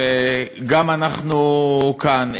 שגם אנחנו כאן,